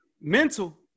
Mental